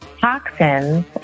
toxins